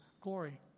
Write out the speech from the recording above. glory